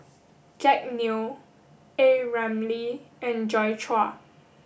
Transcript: Jack Neo A Ramli and Joi Chua